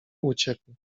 uciekł